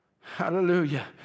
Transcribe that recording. Hallelujah